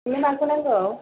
नोंनो माखौ नांगौ